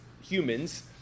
humans